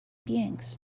beings